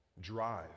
drive